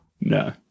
No